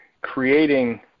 creating